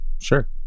Sure